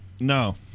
No